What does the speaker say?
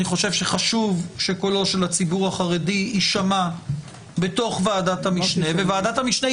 אני חושב שחשוב שקולו של הציבור החרדי יישמע בוועדת המשנה,